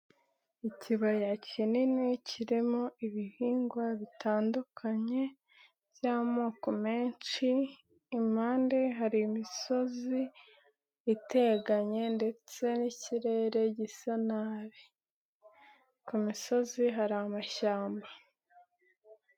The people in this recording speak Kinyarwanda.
Ikibaya kinini kirimo ibihingwa bitandukanye by'amoko menshi, impande hari imisozi iteganye ndetse n'ikirere gisa nabi, ku misozi hari amashyamba.